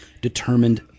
determined